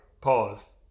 pause